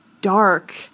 dark